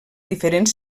diferents